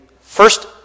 first